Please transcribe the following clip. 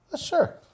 Sure